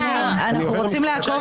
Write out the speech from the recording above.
אנחנו רוצים לעקוב.